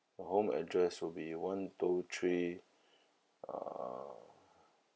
my home address will be one two three uh